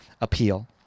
appeal